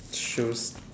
shows